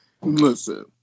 Listen